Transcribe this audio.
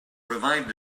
revived